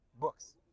books